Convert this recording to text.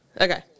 Okay